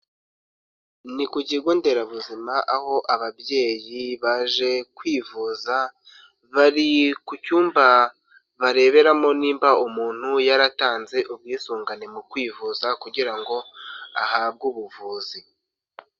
Ni ku kigo nderabuzima aho ababyeyi baje kwivuza bari ku cyumba bareberamo nimba umuntu yaratanze ubwisungane mu kwivuza kugira ngo ahabwe ubuvuzi.